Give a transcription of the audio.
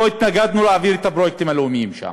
לא התנגדנו להעברת הפרויקטים הלאומיים שם.